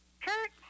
Kurt